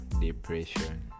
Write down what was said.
depression